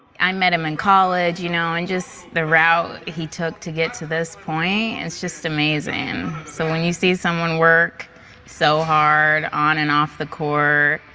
i met him in college you know and the route he took to get to this point is just amazing. so when you see someone work so hard on and off the court,